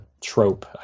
trope